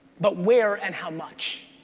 but where and how much?